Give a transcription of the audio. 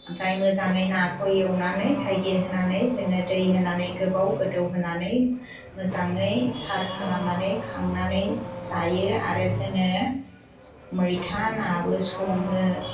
ओमफ्राय मोजाङै नाखौ एवनानै थाइगिर होनानै जोङो दै होनानै गोबाव गोदौ होनानै मोजाङै सार खालामनानै खांनानै जायो आरो जोङो मैथा नाबो सङो